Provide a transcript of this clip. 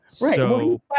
Right